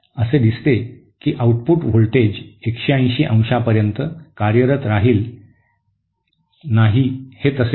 असे दिसते की आउटपुट व्होल्टेज 180 अंशापर्यंत कार्यरत राहील नाही हे तसे नाही